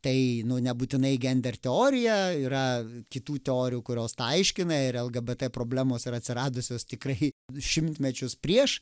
tai nu nebūtinai gender teorija yra kitų teorijų kurios tą aiškina ir lgbt problemos yra atsiradusios tikrai šimtmečius prieš